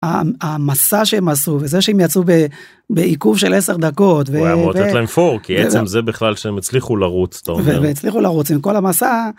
המסע שהם עשו, וזה שהם יצאו בעיכוב של עשר דקות, ואם זה בכלל שהם הצליחו לרוץ והצליחו לרוץ עם כל המסע.